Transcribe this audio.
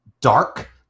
dark